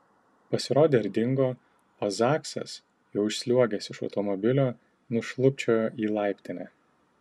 pasirodė ir dingo o zaksas jau išsliuogęs iš automobilio nušlubčiojo į laiptinę